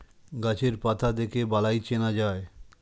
গাছের পাতা দেখে বালাই চেনা যায়